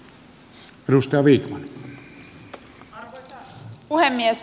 arvoisa puhemies